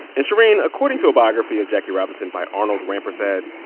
and, shereen, according to a biography of jackie robinson by arnold rampersad,